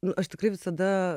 nu aš tikrai visada